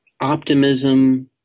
optimism